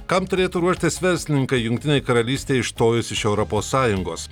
kam turėtų ruoštis verslininkai jungtinei karalystei išstojus iš europos sąjungos